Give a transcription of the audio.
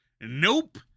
Nope